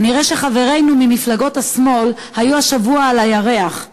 כנראה שחברינו ממפלגות השמאל היו השבוע על הירח,